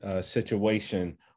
situation